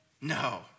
No